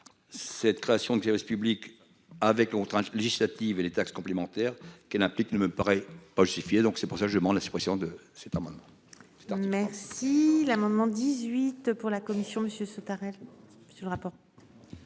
Cette création qui avait ce public avec contrainte législatives et les taxes complémentaires qu'elle implique, ne me paraît pas justifié. Donc c'est pour ça que je demande la suppression de cet amendement. Je dis merci l'amendement 18 pour la commission, monsieur Sautarel. Tu le auras